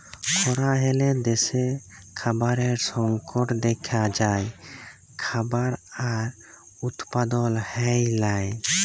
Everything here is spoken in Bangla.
খরা হ্যলে দ্যাশে খাবারের সংকট দ্যাখা যায়, খাবার আর উৎপাদল হ্যয় লায়